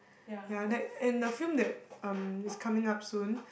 ya that and the film that um is coming up soon